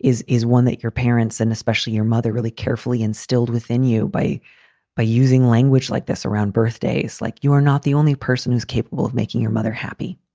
is is one that your parents and especially your mother, really carefully instilled within you by by using language like this around birthdays. like you're not the only person who's capable of making your mother happy.